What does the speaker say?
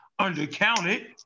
undercounted